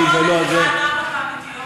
נכון, אצלך הדרמות האמיתיות.